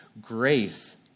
Grace